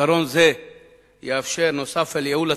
עיקרון זה יאפשר, נוסף על ייעול התהליך,